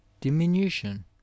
diminution